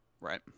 Right